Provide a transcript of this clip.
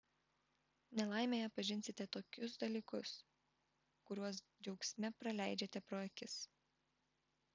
nelaimėje pažinsite tokius dalykus kuriuos džiaugsme praleidžiate pro akis